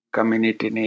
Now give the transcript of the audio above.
Community